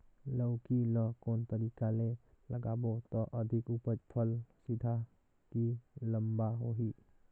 लौकी ल कौन तरीका ले लगाबो त अधिक उपज फल सीधा की लम्बा होही?